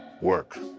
work